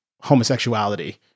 homosexuality